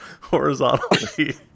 horizontally